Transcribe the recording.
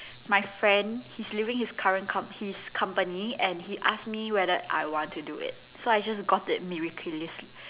my friend he's leaving his current comp~ his company and he ask me whether I want to do it so I just got it miraculously